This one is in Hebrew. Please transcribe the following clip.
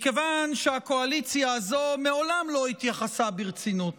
מכיוון שהקואליציה הזו מעולם לא התייחסה ברצינות